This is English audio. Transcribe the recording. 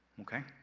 okay?